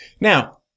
Now